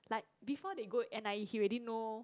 like before they go n_i_e he ready know